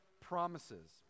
promises